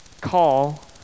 call